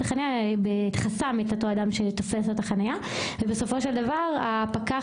החניה חסם את אותו אדם שתופס את החניה ובסופו של דבר הפקח